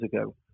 ago